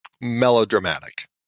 melodramatic